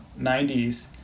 90s